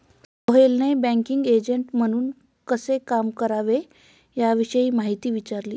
सोहेलने banking agent म्हणून कसे काम करावे याविषयी माहिती विचारली